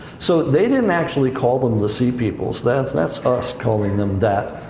so they didn't actually call them the sea peoples, that's, that's us calling them that.